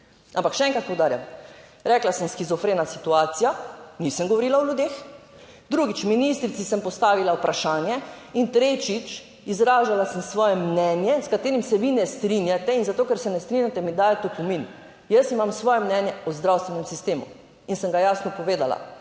Ampak še enkrat poudarjam, rekla sem shizofrena situacija, nisem govorila o ljudeh. Drugič, ministrici sem postavila vprašanje. In tretjič, izražala sem svoje mnenje s katerim se vi ne strinjate in zato, ker se ne strinjate, mi dajete opomin. Jaz imam svoje mnenje o zdravstvenem sistemu in sem ga jasno povedala.